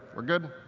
we're good?